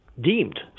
deemed